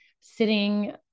sitting